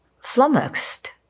flummoxed